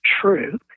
true